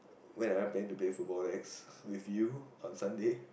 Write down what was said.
when I planning to play football next with you on Sunday